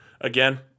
again